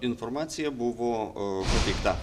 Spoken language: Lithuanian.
informacija buvo pateikta